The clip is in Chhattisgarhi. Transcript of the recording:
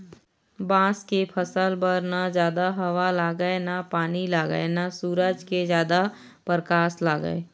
बांस के फसल बर न जादा हवा लागय न पानी लागय न सूरज के जादा परकास लागय